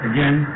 Again